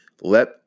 Let